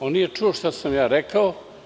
On nije čuo šta sam rekao.